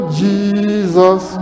jesus